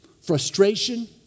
Frustration